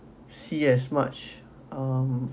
see as much um